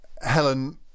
Helen